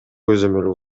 көзөмөл